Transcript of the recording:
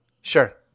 Sure